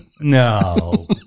No